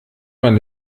man